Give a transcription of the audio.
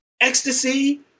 ecstasy